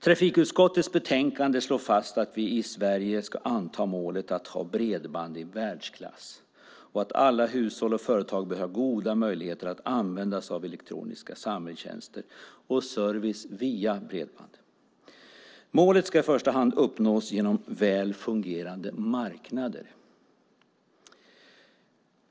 Trafikutskottets betänkande slår fast att vi i Sverige ska anta målet att ha bredband i världsklass och att alla hushåll och företag bör ha goda möjligheter att använda elektroniska samhällstjänster och service via bredband. Målet ska i första hand uppnås genom väl fungerande marknader.